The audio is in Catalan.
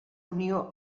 unió